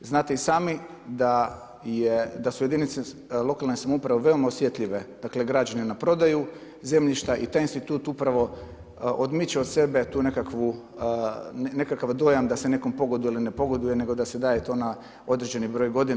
Znate i sami da su jedinice lokalne samouprave veoma osjetljive, dakle građani na prodaju zemljišta i taj institut upravo odmiče od sebe tu nekakvu, nekakav dojam da se nekom pogoduje ili ne pogoduje, nego da se daje to na određeni broj godina.